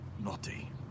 Naughty